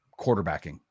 quarterbacking